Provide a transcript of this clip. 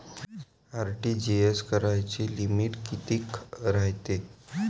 RTGS कराची limit कितीक रायते?